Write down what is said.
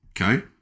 okay